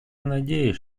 надеюсь